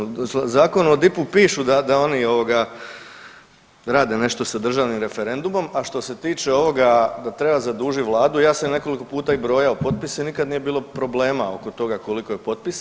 U Zakonu o DIP-u pišu da oni rade nešto sa državnim referendumom, a što se tiče ovoga da treba zadužiti Vladu ja sam nekoliko puta i brojao potpise, nikada nije bilo problema oko toga koliko je potpisa.